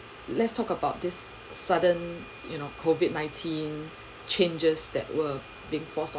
let's talk about this sudden you know COVID-ninteen changes that were being forced